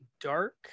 dark